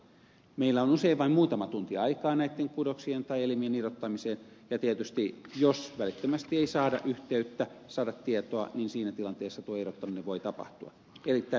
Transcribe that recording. meillä on usein vain muutama tunti aikaa näitten kudoksien tai eli mien irrottamiseen ja tietysti jos välittömästi ei saada yhteyttä saada tietoa siinä tilanteessa tuo irrottaminen voi tapahtua